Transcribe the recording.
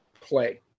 play